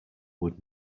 would